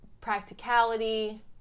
practicality